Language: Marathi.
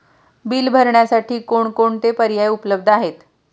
बिल भरण्यासाठी कोणकोणते पर्याय उपलब्ध आहेत?